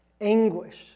anguish